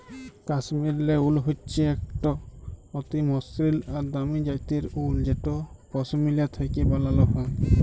কাশ্মীরলে wool হচ্যে একট অতি মসৃল আর দামি জ্যাতের উল যেট পশমিলা থ্যাকে ব্যালাল হয়